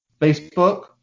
Facebook